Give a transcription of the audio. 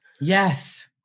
Yes